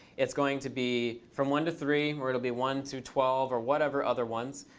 it's going to be from one to three, or it'll be one to twelve, or whatever other ones,